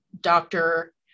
doctor